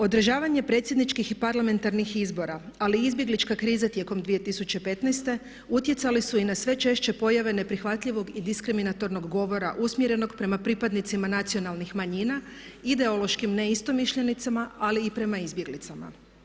Održavanje predsjedničkih i parlamentarnih izbora ali izbjeglička kriza tijekom 2015. utjecali su i na sve češće pojave neprihvatljivog i diskriminatornog govora usmjerenog prema pripadnicima nacionalnih manjina, ideološkim ne istomišljenicima ali i prema izbjeglicama.